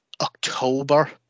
october